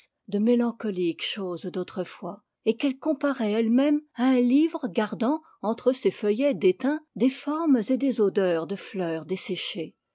de mélancoliques choses d'autrefois et qu'elle comparait elle-même à un livre gardant entre ses feuillets déteints des formes et des odeurs de fleurs dessé chées